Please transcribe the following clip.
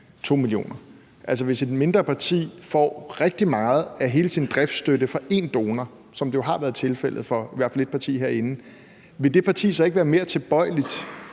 Altså, hvis et mindre parti får rigtig meget af sin driftsstøtte fra én donor, som det jo har været tilfældet for i hvert fald ét parti herinde, vil det parti så ikke være mere tilbøjeligt